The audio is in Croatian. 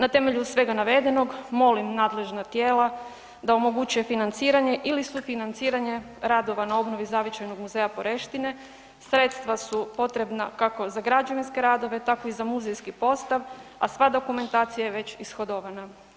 Na temelju svega navedenog molim nadležna tijela da omoguće financiranje ili sufinanciranje radova na obnovi Zavičajnog muzeja Poreštine, sredstva su potrebna kako za građevinske radove tako i za muzejski postav, a sva dokumentacija je već ishodovana.